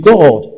God